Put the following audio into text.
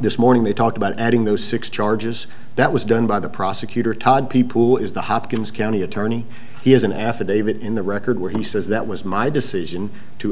this morning they talked about adding those six charges that was done by the prosecutor todd people is the hopkins county attorney he has an affidavit in the record where he says that was my decision to